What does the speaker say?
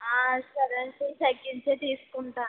సరేనండి తగ్గించే తీసుకుంటాను